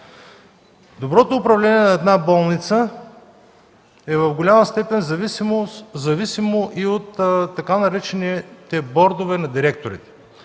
Доброто управление на една болница в голяма степен е зависимо от тъй наречените бордове на директорите.